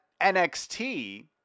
NXT